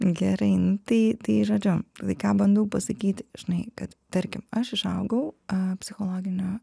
gerai nu tai tai žodžiu tada ką bandau pasakyti žinai kad tarkim aš užaugau a psichologinio